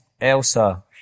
Elsa